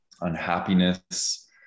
unhappiness